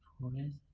forget